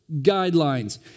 guidelines